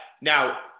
Now